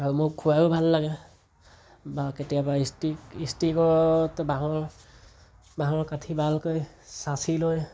আৰু মোৰ খুৱাইয়ো ভাল লাগে বা কেতিয়াবা ষ্টিক ইষ্টিকত বাঁহৰ বাঁহৰ কাঠি ভালকৈ চাঁচি লৈ